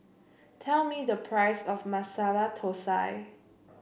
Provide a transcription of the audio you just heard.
tell me the price of Masala Thosai